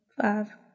five